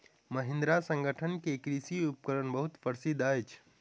महिंद्रा संगठन के कृषि उपकरण बहुत प्रसिद्ध अछि